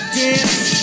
dance